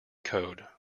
code